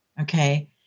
Okay